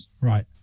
Right